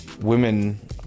Women